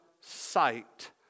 sight